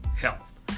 health